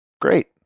great